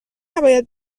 نباید